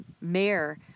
mayor